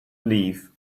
leave